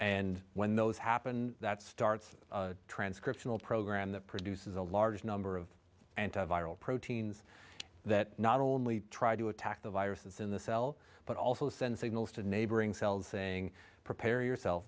and when those happen that starts transcription a program that produces a large number of anti viral proteins that not only try to attack the viruses in the cell but also send signals to neighboring cells saying prepare yourself